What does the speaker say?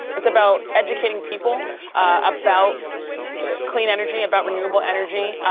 it's about educating people about clean energy, about renewable energy,